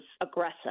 aggressive